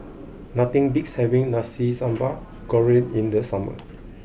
nothing beats having Nasi Sambal Goreng in the summer